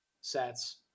sets